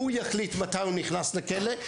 שהוא יחליט מתי הוא נכנס לכלא,